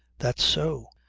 that's so.